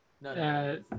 no